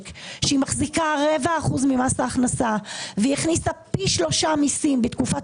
שמחזיקה רבע אחוז ממס ההכנסה והכניסה פי שלושה מיסים בתקופת